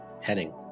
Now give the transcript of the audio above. heading